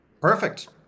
Perfect